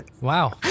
Wow